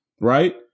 Right